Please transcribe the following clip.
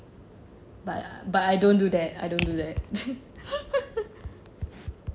but I but I don't do that I don't do that